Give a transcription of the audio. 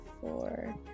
four